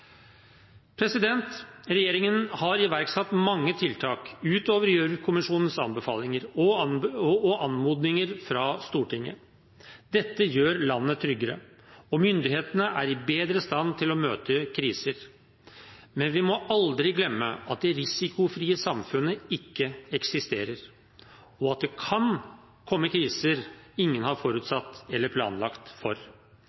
Regjeringen har iverksatt mange tiltak utover Gjørv-kommisjonens anbefalinger og anmodninger fra Stortinget. Dette gjør landet tryggere, og myndighetene er i bedre stand til å møte kriser, men vi må aldri glemme at det risikofrie samfunnet ikke eksisterer, og at det kan komme kriser ingen har